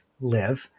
live